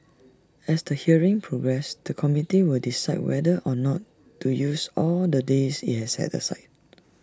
as the hearings progress the committee will decide whether or not to use all the days IT has set aside